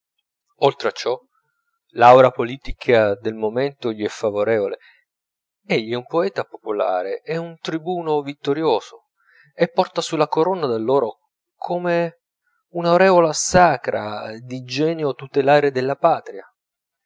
oltre a ciò l'aura politica del momento gli è favorevole egli è un poeta popolare e un tribuno vittorioso e porta sulla corona d'alloro come un'aureola sacra di genio tutelare della patria